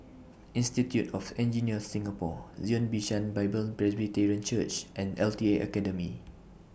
Institute of Engineers Singapore Zion Bishan Bible Presbyterian Church and L T A Academy